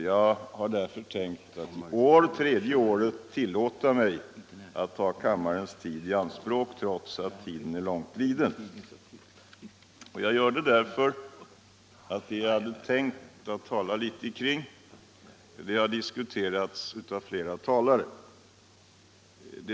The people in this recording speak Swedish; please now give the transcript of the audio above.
Jag har därför tänkt att i år, tredje året, tillåta mig att ta kammarens uppmärksamhet i anspråk trots att tiden är långt liden. Och jag gör det därför att det som jag hade tänkt tala om har diskuterats av flera talare.